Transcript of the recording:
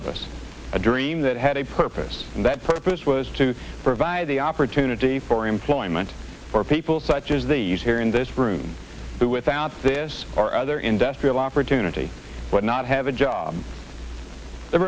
of us a dream that had a purpose and that purpose was to provide the opportunity for employment for people such as these here in this room but without this or other industrial opportunity would not have a job there